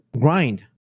grind